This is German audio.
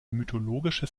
mythologische